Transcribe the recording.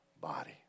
body